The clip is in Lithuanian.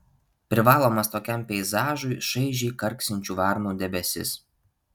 privalomas tokiam peizažui šaižiai karksinčių varnų debesis